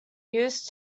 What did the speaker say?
used